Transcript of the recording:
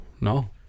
no